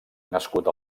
nascut